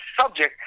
subject